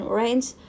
range